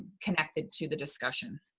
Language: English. connected to the discussion.